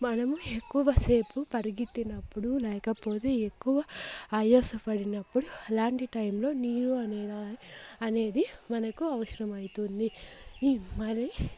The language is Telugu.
మనము ఎక్కువసేపు పరిగెత్తినప్పుడు లేకపోతే ఎక్కువ ఆయాసపడినప్పుడు అలాంటి టైమ్ లో నీళ్ళు అనే అనేది మనకు అవసరమవుతుంది మరి